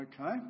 Okay